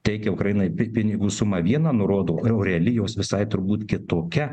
teikia ukrainai pi pinigų sumą vieną nurodo ir jau reali jos visai turbūt kitokia